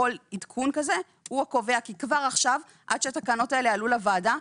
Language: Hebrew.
כל עדכון כזה הוא הקובע כי כבר עכשיו עד שהתקנות האלה עלו לוועדה,